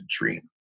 dream